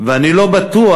ואני לא בטוח